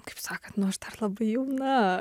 kaip sakant nu aš labai jauna